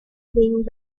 being